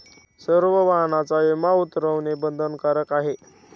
सर्व वाहनांचा विमा उतरवणे बंधनकारक आहे